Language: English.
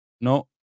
no